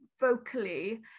vocally